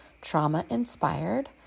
trauma-inspired